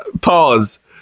pause